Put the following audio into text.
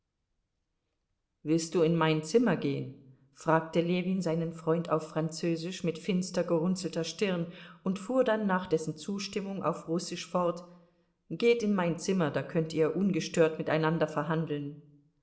willst du in mein zimmer gehen fragte ljewin seinen freund auf französisch mit finster gerunzelter stirn und fuhr dann nach dessen zustimmung auf russisch fort geht in mein zimmer da könnt ihr ungestört miteinander verhandeln